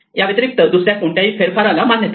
याव्यतिरिक्त दुसऱ्या कोणत्याही फेरफारला मान्यता नाही